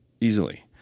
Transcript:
easily